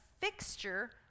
fixture